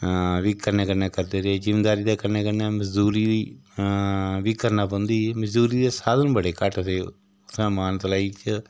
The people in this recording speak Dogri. बी कन्नै कन्नै करदे रेह जमींदारी दे कन्नै कन्नै मजदूरी बी करना पौंदी ही मजदूरी दे साधन बड़े घट्ट थे उ'त्थें मानतलाई च